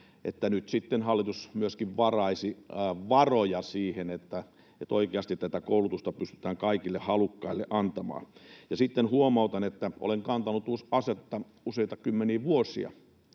niin nyt sitten hallitus myöskin varaisi varoja siihen, että oikeasti tätä koulutusta pystytään kaikille halukkaille antamaan. Ja sitten huomautan, että olen kantanut asetta useita kymmeniä vuosia.